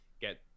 get